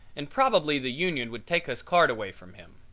and probably the union would take his card away from him.